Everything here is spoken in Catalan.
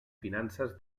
finances